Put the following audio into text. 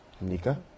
Nika